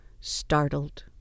startled